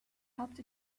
helped